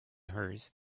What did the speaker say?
hers